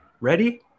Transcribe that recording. Ready